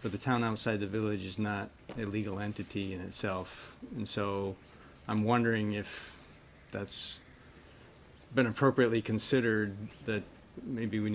but the town outside the village is not a legal entity in itself and so i'm wondering if that's been appropriately considered that maybe we